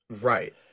Right